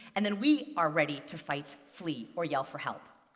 and then we are ready to fight, flee, or yell for help.